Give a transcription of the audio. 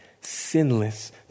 sinless